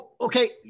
okay